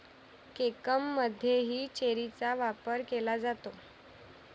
केकमध्येही चेरीचा वापर केला जातो